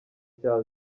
cya